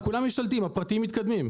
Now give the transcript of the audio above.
כולם ממשלתיים, הפרטיים מתקדמים.